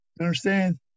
understand